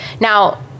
Now